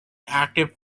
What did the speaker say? active